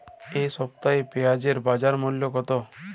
এ সপ্তাহে পেঁয়াজের বাজার মূল্য কত?